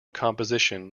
composition